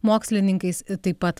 mokslininkais taip pat